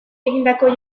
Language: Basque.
egindako